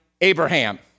Abraham